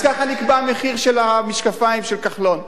אז ככה נקבע המחיר של המשקפיים של כחלון.